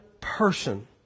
person